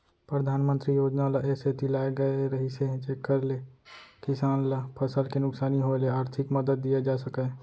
परधानमंतरी योजना ल ए सेती लाए गए रहिस हे जेकर ले किसान ल फसल के नुकसानी होय ले आरथिक मदद दिये जा सकय